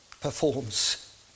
performs